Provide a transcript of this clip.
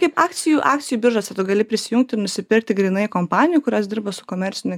kaip akcijų akcijų biržose tu gali prisijungti ir nusipirkti grynai kompanijų kurios dirba su komerciniu